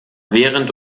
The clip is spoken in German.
während